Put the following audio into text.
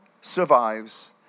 survives